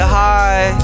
high